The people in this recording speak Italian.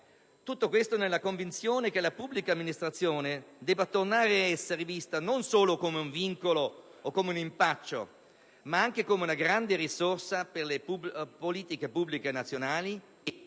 tutto questo nella convinzione che la pubblica amministrazione debba tornare ad essere vista non solo come un vincolo o come un impaccio, ma anche come una grande risorsa per le politiche pubbliche nazionali e che